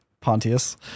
Pontius